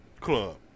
club